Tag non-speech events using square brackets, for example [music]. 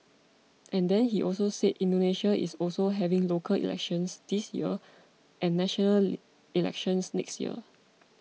and then he also said Indonesia is also having local elections this year and national [unintelligible] elections next year